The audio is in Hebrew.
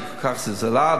שהיא כל כך זלזלה,